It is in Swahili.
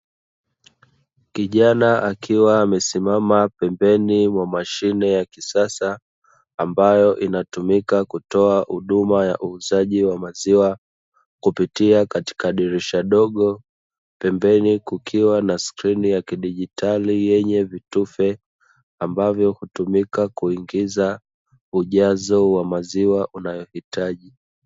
Kijana akiwa amesimama pembeni mwa mashine ya kisasa, ambayo inatumika kutoa huduma ya uuzaji wa maziwa, kupitia katika dirisha dogo. Pembeni kukiwa na skrini ya kidigitali, yenye vitufe ambavyo hutumika kuingiza ujazo wa maziwa unayohitaji.